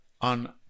on